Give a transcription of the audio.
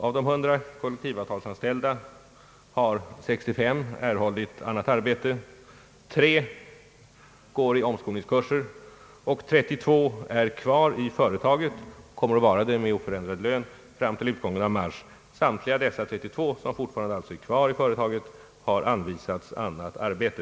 Av de 100 kollektivavtalsanställda har 65 erhållit annat arbete. Tre går i omskolningskurser, 32 är kvar i företaget och kommer att vara det med oförändrad lön till utgången av mars. Samtliga dessa 32 har anvisats annat arbete.